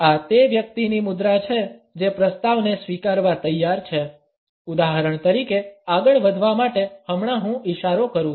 આ તે વ્યક્તિની મુદ્રા છે જે પ્રસ્તાવને સ્વીકારવા તૈયાર છે ઉદાહરણ તરીકે આગળ વધવા માટે હમણાં હું ઈશારો કરું